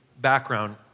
background